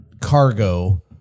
cargo